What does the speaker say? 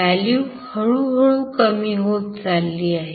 value हळूहळू कमी होत चालली आहे